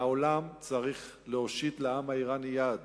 והעולם צריך להושיט לעם האירני יד